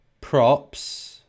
Props